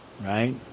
Right